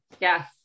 Yes